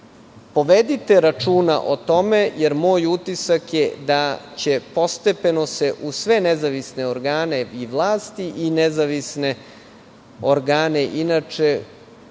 Povedite računa o tome jer moj utisak je da će se postepeno u sve nezavisne organe i vlasti i nezavisne organe inače